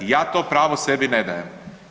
Ja to pravo sebi ne dajem.